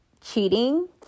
cheating